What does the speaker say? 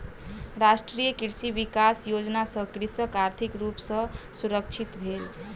राष्ट्रीय कृषि विकास योजना सॅ कृषक आर्थिक रूप सॅ सुरक्षित भेल